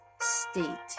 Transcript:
state